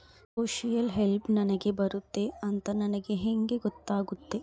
Social help ನನಗೆ ಬರುತ್ತೆ ಅಂತ ನನಗೆ ಹೆಂಗ ಗೊತ್ತಾಗುತ್ತೆ?